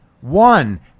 one